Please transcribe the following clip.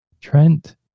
Trent